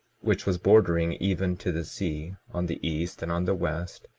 which was bordering even to the sea, on the east and on the west,